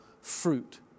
fruit